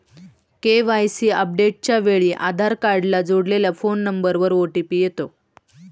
KYC अपडेटच्या वेळी आधार कार्डला जोडलेल्या फोन नंबरवर ओ.टी.पी येतो